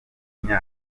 imvubu